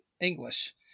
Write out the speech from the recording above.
English